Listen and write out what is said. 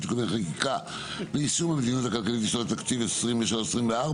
(תיקוני חקיקה ליישום המדיניות הכלכלית לשנות התקציב 2023 ו-2024),